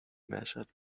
measured